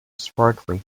smartly